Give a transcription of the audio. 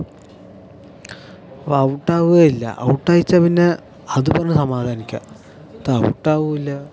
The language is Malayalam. അവൻ ഔട്ട് ആകുകയും ഇല്ല ഔട്ട് ആയെന്നുവെച്ചാല് പിന്നെ അതുപറഞ്ഞ് സമാധാനിക്കാം ഇത് ഔട്ട് ആകുകയും ഇല്ല